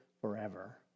forever